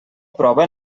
prova